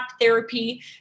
therapy